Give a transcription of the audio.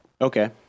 okay